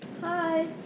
Hi